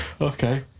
Okay